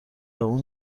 اون